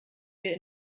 wir